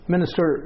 Minister